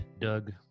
Doug